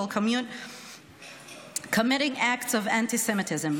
committing acts of antisemitism.